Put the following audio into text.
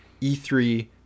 E3